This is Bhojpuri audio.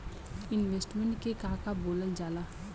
इन्वेस्टमेंट के के बोलल जा ला?